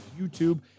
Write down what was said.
YouTube